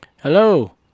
Hello